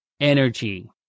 Energy